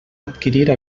adquirir